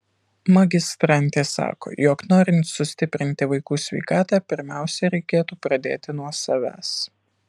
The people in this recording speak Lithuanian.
magistrantė sako jog norint sustiprinti vaikų sveikatą pirmiausia reikėtų pradėti nuo savęs